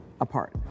apart